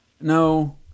No